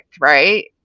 right